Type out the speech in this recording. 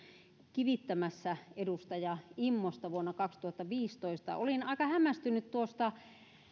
kivittämässä edustaja immosta vuonna kaksituhattaviisitoista olin aika hämmästynyt tuosta